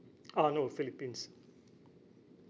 uh no philippines